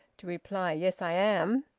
to reply, yes, i am.